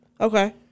Okay